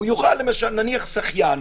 נניח שחיין,